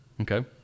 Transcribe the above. Okay